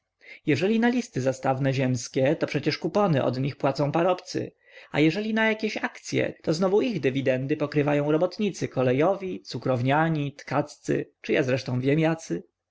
jeżeli na listy zastawne ziemskie to przecież kupony od nich płacą parobcy a jeżeli na jakieś akcye to znowu ich dywidendy pokrywają robotnicy kolejowi cukrowniani tkaccy czy ja zresztą wiem jacy